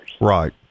Right